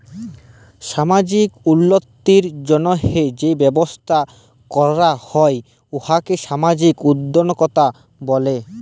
সামাজিক উল্লতির জ্যনহে যে ব্যবসা ক্যরা হ্যয় উয়াকে সামাজিক উদ্যোক্তা ব্যলে